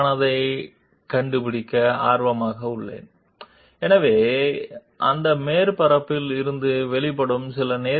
At a particular point on the surface there might be infinite number of tangents in different directions at a particular point on the surface but there is only one normal coming out